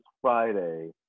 Friday